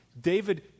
David